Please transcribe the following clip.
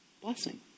Blessing